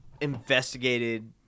investigated